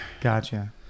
gotcha